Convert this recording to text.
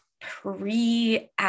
pre